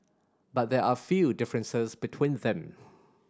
but there are a few differences between them